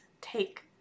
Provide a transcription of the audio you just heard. take